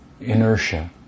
inertia